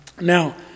Now